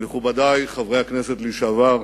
מכובדי חברי הכנסת לשעבר,